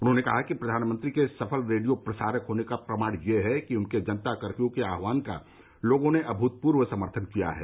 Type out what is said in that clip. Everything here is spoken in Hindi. उन्होंने कहा कि प्रधानमंत्री के सफल रेडियो प्रसारक होने का प्रमाण यह है कि उनके जनता कपर्यू के आह्वान का लोगों ने अभूतपूर्व समर्थन किया है